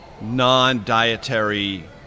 non-dietary